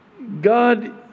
God